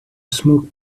smoke